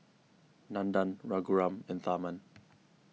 Nandan Raghuram and Tharman